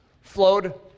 flowed